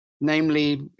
Namely